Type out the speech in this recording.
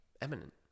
Eminent